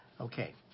Okay